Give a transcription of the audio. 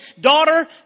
daughter